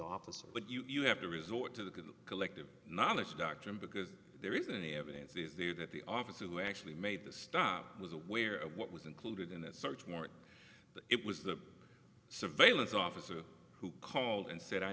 officers but you have to resort to the collective knowledge doctrine because there isn't any evidence is there that the officer who actually made the stop was aware of what was included in that search warrant it was the surveillance officer who called and said i